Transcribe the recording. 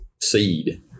seed